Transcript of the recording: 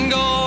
go